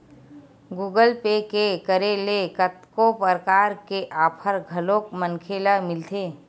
Google pay के करे ले कतको परकार के आफर घलोक मनखे ल मिलथे